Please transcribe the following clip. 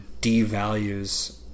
devalues